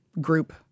group